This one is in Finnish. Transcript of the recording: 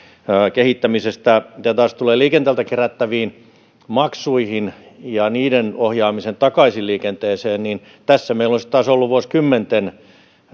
kehittämisestä mitä taas tulee liikenteeltä kerättäviin maksuihin ja niiden ohjaamiseen takaisin liikenteeseen niin tässä meillä on sitten taas ollut vuosikymmenten